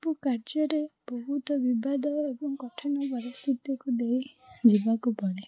ସବୁ କାର୍ଯ୍ୟରେ ବହୁତ ବିବାଦ ଏବଂ କଠିନ ପରିସ୍ଥିତିକୁ ଦେଇ ଯିବାକୁ ପଡ଼େ